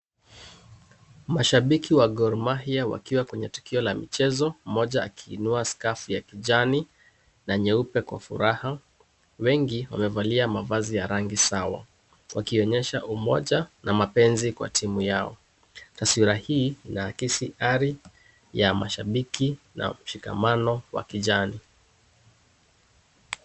Mashabiki wa Gor Mahia wakiwa kwenye tukio la mchezo, mmoja akiinua skafu ya kijani na nyeupe kwa furaha. Wengi wamevalia mavazi ya rangi sawa, wakionyesha umoja na mapenzi kwa timu yao. Taswira hii inaakisi ari ya mashabiki na mshikamano wa kijani.